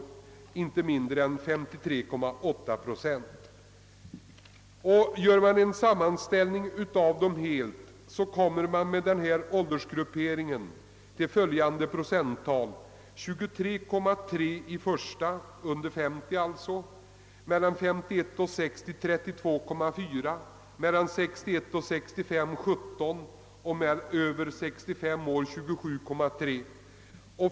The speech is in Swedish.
Vi finner då att man i Norr Gör man en sammanställning, får man med denna åldersgruppering följande procenttal: för personer under 50 år 23,3, mellan 51 och 60 år 32,4, mellan 61 och 65 år 17 och för personer över 65 år 27,3.